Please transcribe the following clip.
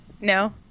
No